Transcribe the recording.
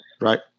Right